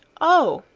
oh!